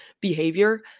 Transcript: behavior